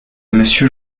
monsieur